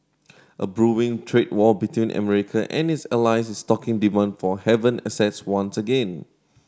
a brewing trade war between America and its allies is stoking demand for haven assets once again